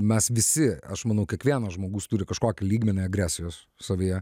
mes visi aš manau kiekvienas žmogus turi kažkokį lygmenį agresijos savyje